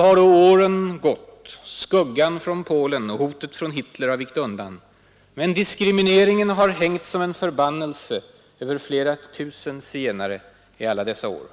har åren gått. Skuggan från Polen och hotet från Hitler har vikt undan, men diskrimineringen har hängt som en förbannelse över flera tusen zigenare i alla dessa år.